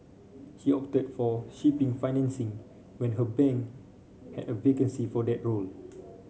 she opted for shipping financing when her bank had a vacancy for that role